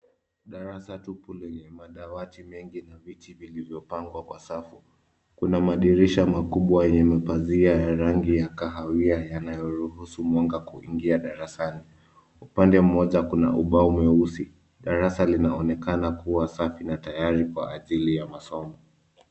Darasa tupu lenye madawati mengi na viti vilivyopangwa kwa safu. Kuna madirisha makubwa yenye pazia ya rangi ya kahawia yanayoruhusu mwanga kuingia darasani. Upande moja kuna ubao mweusi. Darasa linaonekana kuwa safi na tayari kwa ajili ya masomo.